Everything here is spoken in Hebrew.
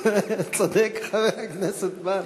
צודק, חבר הכנסת בר?